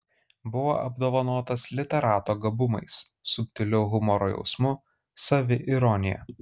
buvo apdovanotas literato gabumais subtiliu humoro jausmu saviironija